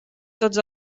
tots